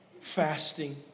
Fasting